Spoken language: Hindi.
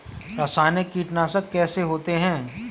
रासायनिक कीटनाशक कैसे होते हैं?